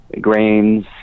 grains